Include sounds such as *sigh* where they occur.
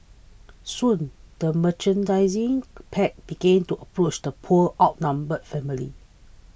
soon the *unintelligible* pack began to approach the poor outnumbered family